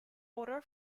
order